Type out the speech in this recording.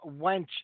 Wench